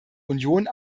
union